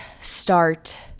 start